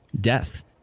death